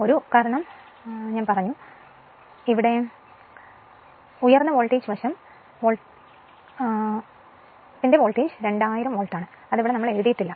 1 കാരണം ഞാൻ ഈ 10 പറഞ്ഞു കാരണം ഉയർന്ന വോൾട്ടേജ് സൈഡ് വോൾട്ടേജ് 2000 വോൾട്ട് ആണ് അത് അവിടെ എഴുതിയിട്ടില്ല